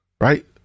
right